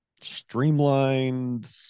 Streamlined